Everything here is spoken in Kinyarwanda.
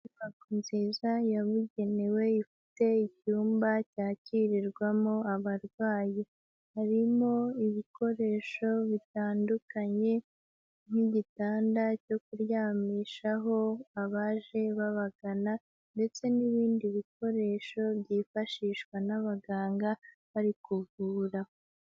Inyubako nziza yabugenewe ifite icyumba cyakirirwamo abarwayi, harimo ibikoresho bitandukanye nk'igitanda cyo kuryamishaho abaje babagana ndetse n'ibindi bikoresho byifashishwa n'abaganga bari kuvura.